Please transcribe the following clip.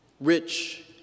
rich